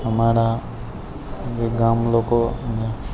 અમારા જે ગામ લોકોને